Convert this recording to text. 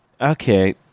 okay